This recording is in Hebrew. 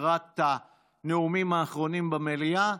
לקראת הנאומים האחרונים במליאה,